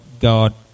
God